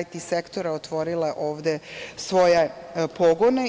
IT sektora otvorile ovde svoje pogone.